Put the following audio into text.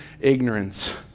ignorance